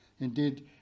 Indeed